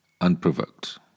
unprovoked